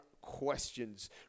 questions